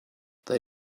they